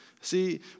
See